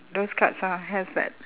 those cards are has that